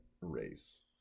race